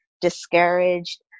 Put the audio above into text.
discouraged